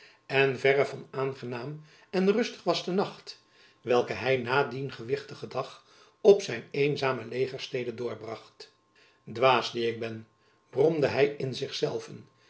en verre van aangenaam en rustig was de nacht welke hy na dien gewichtigen dag op zijn eenzame legerstede doorbracht dwaas die ik ben bromde hy in zich zelven